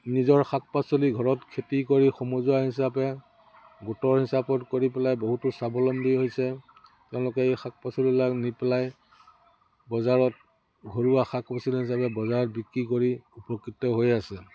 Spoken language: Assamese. নিজৰ শাক পাচলি ঘৰত খেতি কৰি সমজুৱা হিচাপে গোটৰ হিচাপত কৰি পেলাই বহুতো স্বাৱলম্বী হৈছে তেওঁলোকে এই শাক পাচলিবিলাক নি পেলাই বজাৰত ঘৰুৱা শাক পাচলি হিচাপে বজাৰত বিক্ৰী কৰি উপকৃত হৈ আছে